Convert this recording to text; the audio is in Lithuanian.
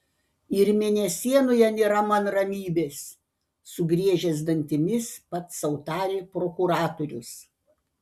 ir mėnesienoje nėra man ramybės sugriežęs dantimis pats sau tarė prokuratorius